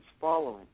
following